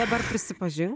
dabar prisipažin